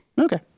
Okay